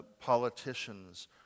politicians